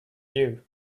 you